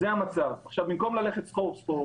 במקום ללכת סחור-סחור,